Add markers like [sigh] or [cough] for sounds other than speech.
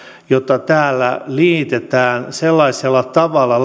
jota täällä liitetään sellaisella tavalla [unintelligible]